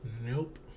Nope